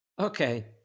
Okay